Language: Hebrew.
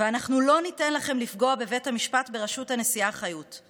אנחנו לא ניתן לכם לפגוע בבית המשפט בראשות הנשיאה חיות.